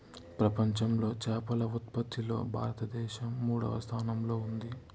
ప్రపంచంలో చేపల ఉత్పత్తిలో భారతదేశం మూడవ స్థానంలో ఉంది